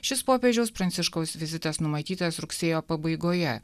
šis popiežiaus pranciškaus vizitas numatytas rugsėjo pabaigoje